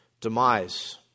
demise